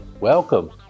Welcome